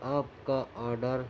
آپ کا آڈر